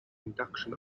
induction